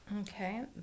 okay